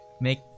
make